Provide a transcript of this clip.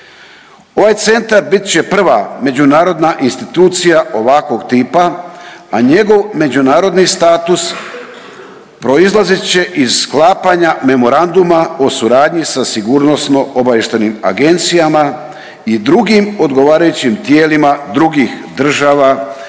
Ovaj centar bit će prva međunarodna institucija ovakvog tipa, a njegov međunarodni status proizlazit će iz sklapanja Memoranduma o suradnji sa Sigurnosno-obavještajnim agencijama i drugim odgovarajućim tijelima drugih država